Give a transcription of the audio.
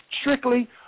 strictly